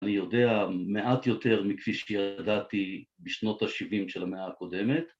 אני יודע מעט יותר מכפי שידעתי בשנות ה-70 של המאה הקודמת